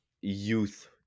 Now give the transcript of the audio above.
youth